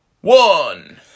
one